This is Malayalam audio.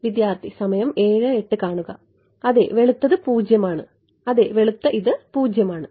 വിദ്യാർത്ഥി അതെ വെളുത്തത് 0 ആണ് അതെ വെളുത്ത ഇത് 0 ആണ്